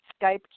Skype